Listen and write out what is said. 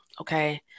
okay